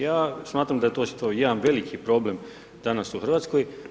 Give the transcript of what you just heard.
Ja smatram da je to isto jedan veliki problem danas u RH.